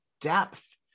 depth